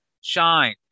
shine